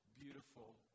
beautiful